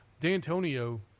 D'Antonio